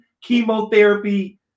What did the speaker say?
chemotherapy